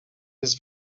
jest